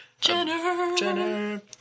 Jenner